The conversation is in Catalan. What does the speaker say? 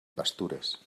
pastures